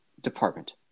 department